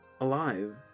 alive